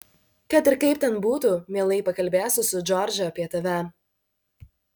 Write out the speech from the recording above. kad ir kaip ten būtų mielai pakalbėsiu su džordže apie tave